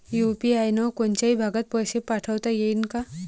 UPI न कोनच्याही भागात पैसे पाठवता येईन का?